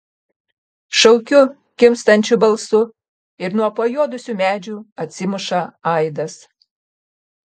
šaukiu kimstančiu balsu ir nuo pajuodusių medžių atsimuša aidas